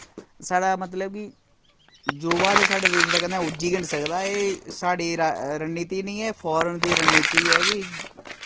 साढ़ा मतलब कि युवा ते साढ़े देश दा कन्नै उज्जी गै नि सकदा एह् साढ़ी र रणनीति नी ऐ फारेन दी रणनीति ऐ कि